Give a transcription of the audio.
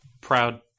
proud